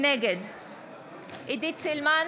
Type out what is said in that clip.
נגד עידית סילמן,